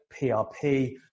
PRP